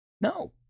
No